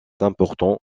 important